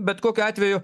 bet kokiu atveju